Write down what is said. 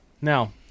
Now